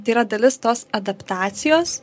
tai yra dalis tos adaptacijos